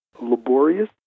laborious